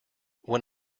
when